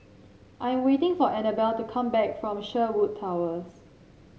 I'm waiting for Annabelle to come back from Sherwood Towers